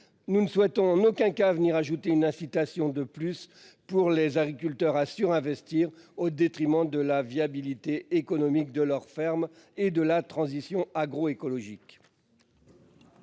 Nous ne souhaite en aucun cas venir ajouter une incitation de plus pour les agriculteurs assure investir au détriment de la viabilité économique de leur ferme et de la transition agroécologique.